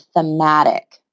thematic